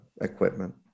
equipment